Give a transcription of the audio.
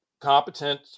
competent